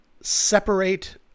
separate